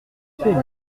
faire